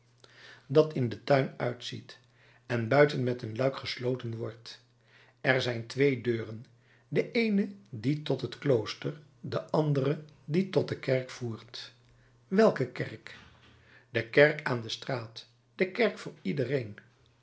dat in den tuin uitziet en buiten met een luik gesloten wordt er zijn twee deuren de eene die tot het klooster de andere die tot de kerk voert welke kerk de kerk aan de straat de kerk voor iedereen